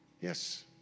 Yes